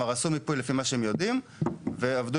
הם עבדו